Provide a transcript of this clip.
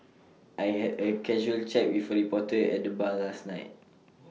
I had A casual chat with A reporter at the bar last night